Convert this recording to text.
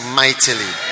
mightily